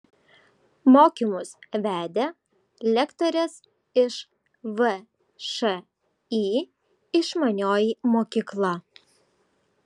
mokymus vedė lektorės iš všį išmanioji mokykla